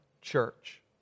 church